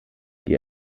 die